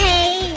Hey